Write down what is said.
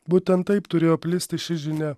būtent taip turėjo plisti ši žinia